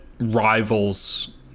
rivals